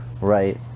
right